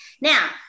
now